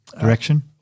direction